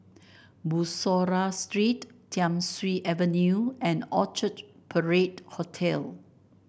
Bussorah Street Thiam Siew Avenue and Orchard Parade Hotel